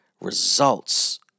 results